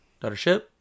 Daughtership